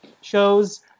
shows